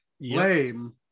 Lame